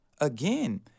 Again